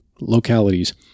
localities